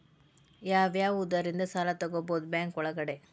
ಯಾವ್ಯಾವುದರಿಂದ ಸಾಲ ತಗೋಬಹುದು ಬ್ಯಾಂಕ್ ಒಳಗಡೆ?